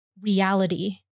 reality